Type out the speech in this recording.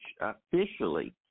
officially